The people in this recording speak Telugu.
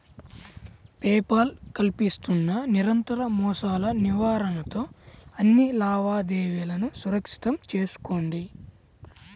పే పాల్ కల్పిస్తున్న నిరంతర మోసాల నివారణతో అన్ని లావాదేవీలను సురక్షితం చేసుకోండి